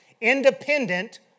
independent